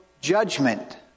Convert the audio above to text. judgment